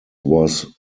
was